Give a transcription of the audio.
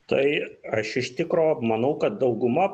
tai aš iš tikro manau kad dauguma